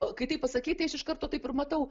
o kai tai pasakei tai aš iš karto taip ir matau